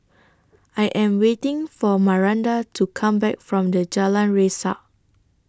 I Am waiting For Maranda to Come Back from The Jalan Resak